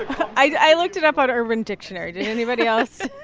i looked it up on urban dictionary. did anybody else?